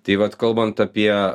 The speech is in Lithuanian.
tai vat kalbant apie